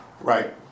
Right